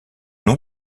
nous